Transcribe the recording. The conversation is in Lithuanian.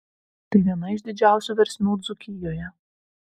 tai viena iš didžiausių versmių dzūkijoje